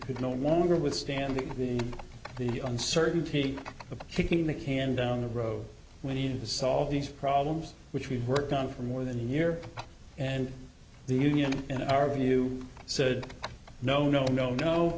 could no longer withstand the uncertainty of kicking the can down the road we needed to solve these problems which we worked on for more than a year and the union in our view said no no no no